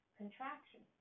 contraction